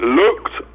looked